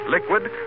liquid